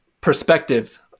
perspective